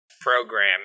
program